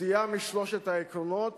סטייה משלושת העקרונות